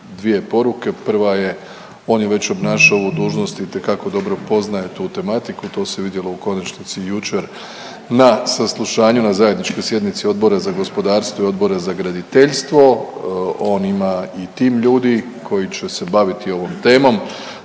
dvije poruke, prva je on je već obnašao ovu dužnost i itekako dobro poznaje tu tematiku, to se vidjelo u konačnici i jučer na saslušanju na Zajedničkoj sjednici Odbora za gospodarstvo i Odbora za graditeljstvo, on ima i tim ljudi koji će se baviti ovom temom.